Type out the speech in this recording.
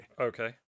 Okay